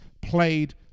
played